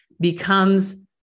becomes